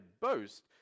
boast